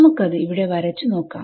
നമുക്കത് ഇവിടെ വരച്ചു നോക്കാം